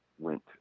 Went